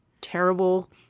terrible